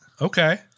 Okay